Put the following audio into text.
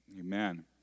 Amen